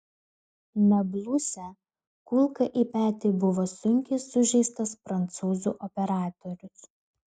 nabluse kulka į petį buvo sunkiai sužeistas prancūzų operatorius